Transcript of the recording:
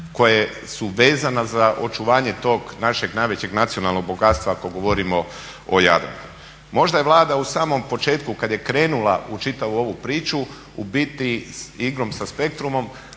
koja su vezana za očuvanje tog našeg najvećeg nacionalnog bogatstva ako govorimo o Jadranu. Možda je Vlada u samom početku kad je krenula u čitavu ovu priču u biti igrom sa "Spectrumom"